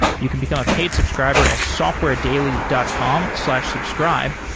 you can become a paid subscriber at softwaredaily dot com slash subscribe,